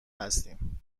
هستیم